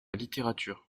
littérature